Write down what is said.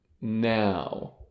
now